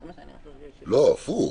הפוך.